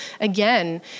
again